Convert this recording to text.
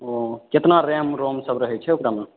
केतना RAM ROM सभ रहै छै ओकरामे